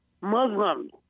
Muslims